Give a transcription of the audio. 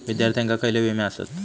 विद्यार्थ्यांका खयले विमे आसत?